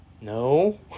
no